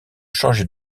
changer